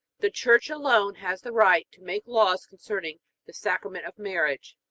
the church alone has the right to make laws concerning the sacrament of marriage,